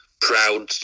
proud